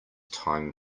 time